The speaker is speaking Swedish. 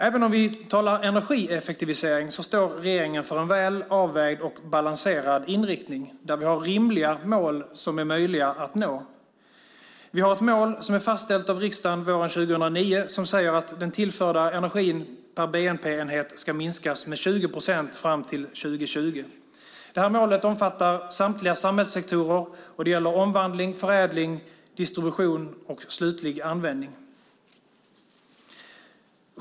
Även när vi talar energieffektivisering står regeringen för en väl avvägd och balanserad inriktning där vi har rimliga mål som är möjliga att nå. Vi har ett mål som fastställdes av riksdagen våren 2009 som säger att den tillförda energin per bnp-enhet ska minskas med 20 procent fram till 2020. Målet omfattar samtliga samhällssektorer. Det gäller omvandling, förädling, distribution och slutlig användning.